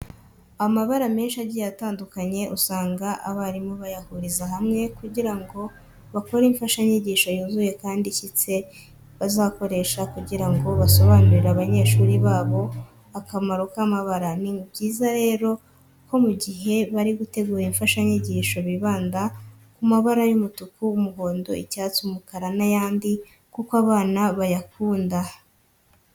Amabara menshi agiye atandukanye usanga abarimu bayahuriza hamwe kugira ngo bakore imfashanyigisho yuzuye kandi ishyitse bazakoresha kugira ngo basobanurire abanyeshuri babo akamaro k'amabara. Ni byiza rero ko mu gihe bari gutegura imfashanyigisho bibanda ku mabara y'umutuku, umuhondo, icyatsi, umukara n'ayandi kuko abana bayakunda.